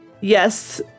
Yes